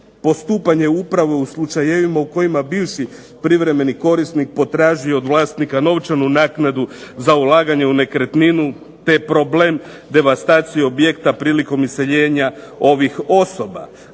postupanje upravo u slučajevima u kojima bivši privremeni korisnik potražuje od vlasnika novčanu naknadu za ulaganje u nekretninu te problem devastacije objekta prilikom iseljenja ovih osoba.